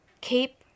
Keep